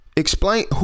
Explain